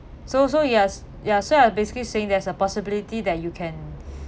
so so yes ya so I've basically saying there's a possibility that you can